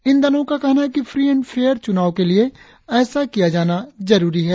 इन दलों का कहना है कि फ्री एण्ड फेयर चुनाव के लिए ऐसा किया जाना जरुरी है